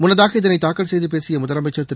முன்னதாக இதனை தாக்கல் செய்து பேசிய முதலமைச்சர் திரு